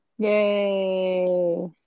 Yay